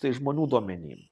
tai žmonių duomenim